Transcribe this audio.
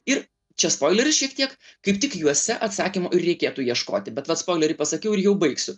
ir čia spoileris šiek tiek kaip tik juose atsakymo ir reikėtų ieškoti bet vat spoilerį pasakiau ir jau baigsiu